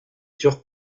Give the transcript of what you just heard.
turcs